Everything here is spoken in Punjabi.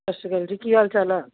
ਸਤਿ ਸ਼੍ਰੀ ਅਕਾਲ ਜੀ ਕੀ ਹਾਲ ਚਾਲ ਆ